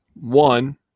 One